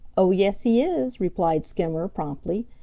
oh, yes, he is, replied skimmer promptly.